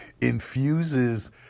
infuses